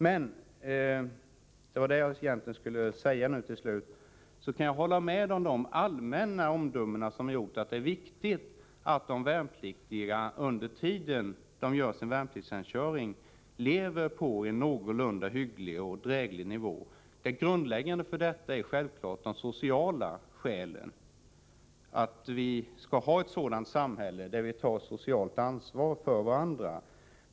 Men jag kan hålla med om de allmänna omdömen som har gjorts, att det är viktigt att de värnpliktiga under tiden de gör sin värnpliktstjänstgöring lever på en någorlunda hygglig och dräglig nivå. Det grundläggande för detta är självfallet de sociala skälen, dvs. att vi skall ha ett sådant samhälle där vi tar socialt ansvar för varandra.